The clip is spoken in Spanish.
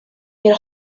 del